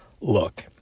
look